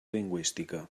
lingüística